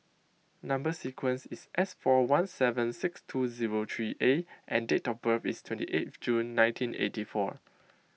Number Sequence is S four one seven six two zero three A and date of birth is twenty eighth June nineteen eighty four